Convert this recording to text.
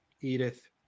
Edith